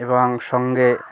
এবং সঙ্গে